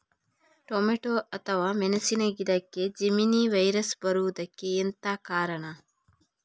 Tomato ಅಥವಾ ಮೆಣಸಿನ ಗಿಡಕ್ಕೆ ಜೆಮಿನಿ ವೈರಸ್ ಬರುವುದಕ್ಕೆ ಎಂತ ಕಾರಣ?